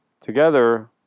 Together